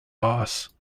boss